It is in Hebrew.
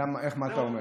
איך ומה אתה אומר.